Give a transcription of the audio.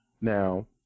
Now